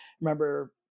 remember